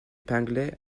pinglet